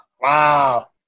Wow